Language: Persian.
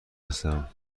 هستم